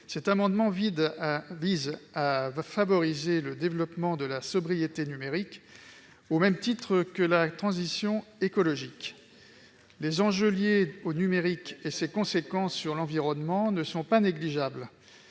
cet amendement vide vise à favoriser le développement de la sobriété numérique au même titre que la transition écologique : les enjeux liés au numérique et ses conséquences sur l'environnement ne sont pas négligeables